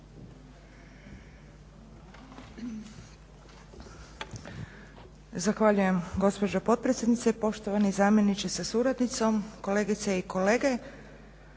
Zahvaljujem gospođo potpredsjednice, poštovani zamjeniče sa suradnicom, kolegice i kolege.